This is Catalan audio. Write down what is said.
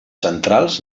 centrals